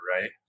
right